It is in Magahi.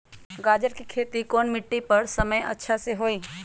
गाजर के खेती कौन मिट्टी पर समय अच्छा से होई?